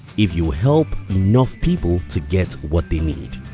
if you'll help enough people to get what they need